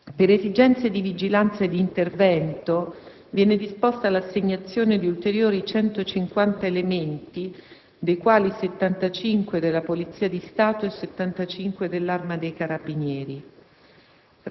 Per esigenze di vigilanza e di intervento di cui sopra viene disposta l'assegnazione di ulteriori 150 elementi (75 della Polizia di Stato e 75 dell'Arma dei carabinieri).